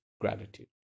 gratitude